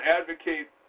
advocate